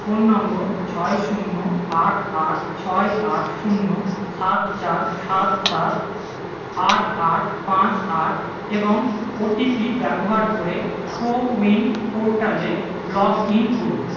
phone number ছয় শূন্য আট আট ছয় আট শূন্য সাত চার সাত সাত আট আট পাঁচ আট এবং ওটিপি ব্যবহার করে কো উইন পোর্টালে লগ ইন করুন